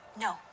No